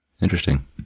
Interesting